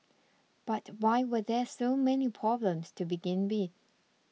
but why were there so many problems to begin with